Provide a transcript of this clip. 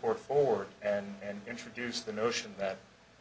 for forward and introduce the notion that